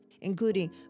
including